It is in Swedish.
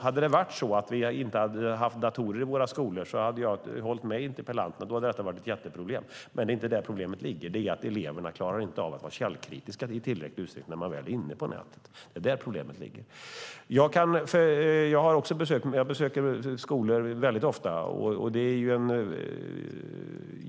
Hade det varit så att vi inte hade haft datorer i våra skolor hade jag hållit med interpellanten. Då hade detta varit ett jätteproblem, men det är inte där problemet ligger. Problemet är att eleverna inte klarar av att vara källkritiska i tillräcklig utsträckning när de väl är inne på nätet. Det är där problemet ligger. Jag besöker skolor väldigt ofta.